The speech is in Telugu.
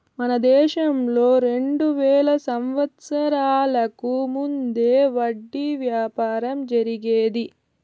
మన దేశంలో రెండు వేల సంవత్సరాలకు ముందే వడ్డీ వ్యాపారం జరిగేది